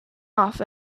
off